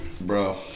Bro